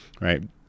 right